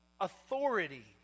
authority